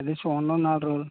ఏండి చూడండి నాలుగు రోజులు